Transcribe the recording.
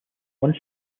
one